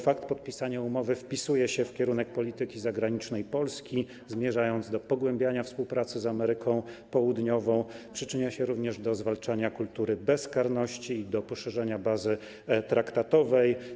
Fakt podpisania umowy wpisuje się w kierunek polityki zagranicznej Polski, zmierzając do pogłębiania współpracy z Ameryką Południową, przyczynia się również do zwalczania kultury bezkarności i do poszerzenia bazy traktatowej.